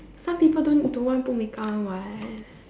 some people don't don't want put make-up one [what]